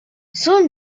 soon